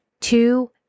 Two